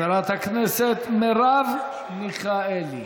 חברת הכנסת מרב מיכאלי.